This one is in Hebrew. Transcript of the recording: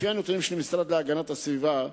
לפי הנתונים של המשרד להגנת הסביבה,